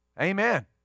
Amen